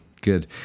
good